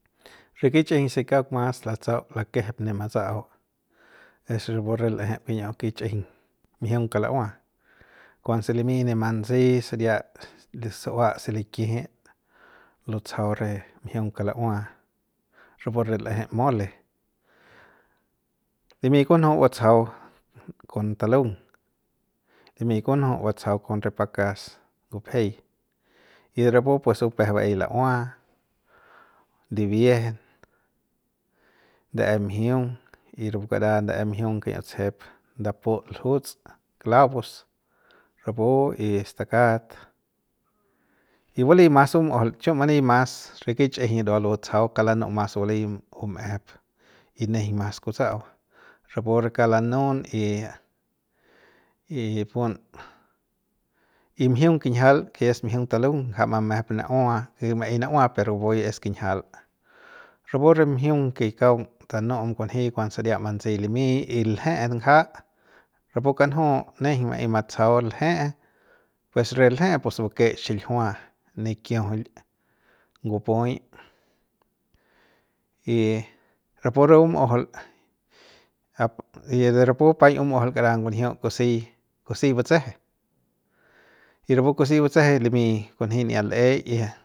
Re kich'ijiñ se kauk mas latsau lakejep ne matsa'au es rapu re l'ejep kiñiu kich'ijiñ mjiung kalaua kuanse limi ne mantsei saria su'ua se likijit lutsajau re mjiung kalaua rapu re l'eje mole limi kunju batsajau kon talung limmi kunju batsajau kon re pakas ngupejei y de rapu pus bupeje re vaey la'ua ndibiejen ndae mjiung rapu kara ndae mjiung kiñiu tsejep ndaput ljuts clavos rapu y stakat bali mas bumujul chiu mani mas re kich'ijiñ ndua lutsajau kauk lanu'u mas bali bum'ejep y nejeiñ mas kutsa'au rapu re kauk lanun y y pun y mijiung kinjial ke esmjiung talung ngaja mamejep na'ua maeiy na'ua per rapu es kinjial rapu re mjiun ke kaung tanu'um kunji kuanse saria mantsi limi lje'e ngaja rapu kanju nejeiñ maei matsajau lje'e pues re lje'e pues bake xiljia nikiujul ngupuiy y rapu re bum'ujul ap de rapu paiñ bum'ujul kara ngunjiu kusei kusei batseje y rapu kusei batseje limi kunjia l'eik.